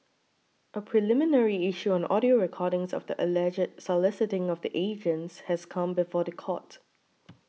a preliminary issue on audio recordings of the alleged soliciting of the agents has come before the court